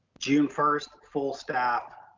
june first, full staff,